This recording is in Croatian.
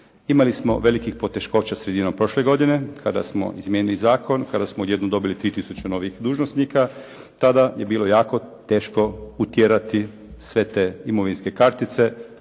Imali smo velikih poteškoća sredinom prošle godine kada smo izmijenili zakon, kada smo odjednom dobili 3 tisuće novih dužnosnika. Tada je bilo jako teško utjerati sve te imovinske kartice,